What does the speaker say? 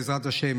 בעזרת השם,